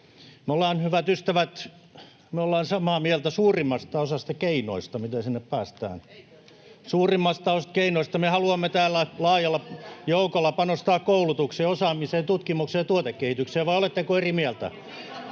Me ollaan, hyvät ystävät, samaa mieltä suurimmasta osasta keinoista, että miten sinne päästään [Suna Kymäläinen: Eikä olla!] — suurimmasta osasta keinoista. Me haluamme täällä laajalla joukolla panostaa koulutukseen, osaamiseen, tutkimukseen ja tuotekehitykseen. Vai oletteko eri mieltä?